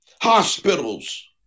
hospitals